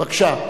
בבקשה.